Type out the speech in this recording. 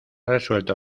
resuelto